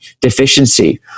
deficiency